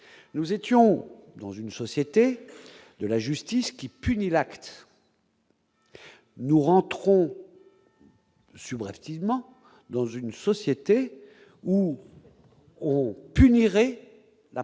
nous étions dans une société de la justice qui punit l'acte. Nous rentrons. Subrepticement dans une société où on punirait par